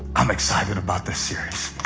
i'm excited about this series.